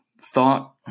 thought